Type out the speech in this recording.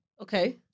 Okay